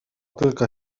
تلك